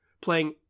playing